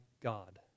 God